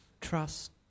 trust